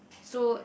so